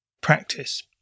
practice